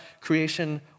creation